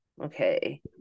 Okay